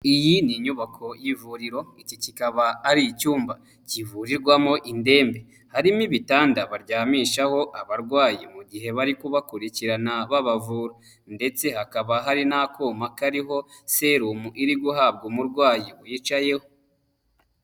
Iyi ni inyubako y'ivuriro, iki kikaba ari icyumba kivurirwamo indembe. Harimo ibitanda baryamishaho abarwayi mu gihe bari kubakurikirana babavura ndetse hakaba hari n'akuma kariho serumu iri guhabwa umurwayi wicayeho.